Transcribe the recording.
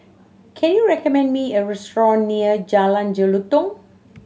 can you recommend me a restaurant near Jalan Jelutong